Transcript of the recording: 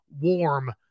warm